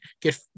get